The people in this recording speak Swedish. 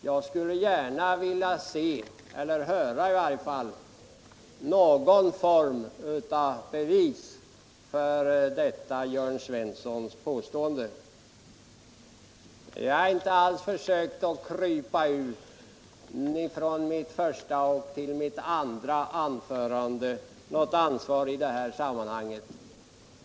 Jag skulle gärna vilja se, eller i varje fall höra, någon form av bevis för detta Jörn Svenssons påstående. Jag har inte alls mellan mitt första och mitt andra anförande försökt krypa ur något ansvar i detta sammanhang.